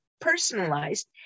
personalized